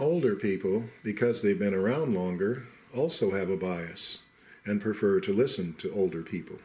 older people because they've been around longer also have a bias and prefer to listen to older people